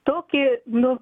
toki nu